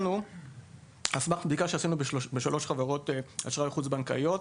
על סמך הבדיקה שעשינו בשלוש חברות אשראי חוץ בנקאיות,